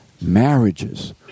marriages